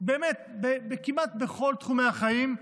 באמת כמעט בכל תחומי החיים.